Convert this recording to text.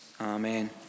Amen